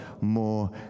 more